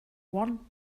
one